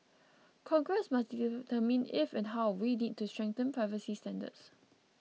Congress must determine if and how we need to strengthen privacy standards